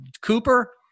Cooper